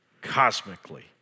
Cosmically